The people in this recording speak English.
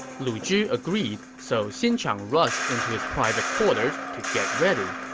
lu zhi agreed, so xin chang rushed into his private quarters to get ready.